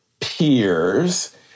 peers